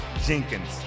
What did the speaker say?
Jenkins